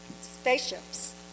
spaceships